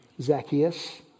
Zacchaeus